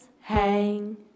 hang